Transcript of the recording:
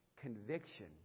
Conviction